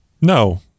No